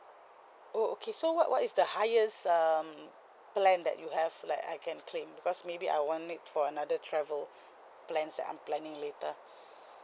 oh okay so what what is the highest um plan that you have like I can claim because maybe I want it for another travel plans that I'm planning later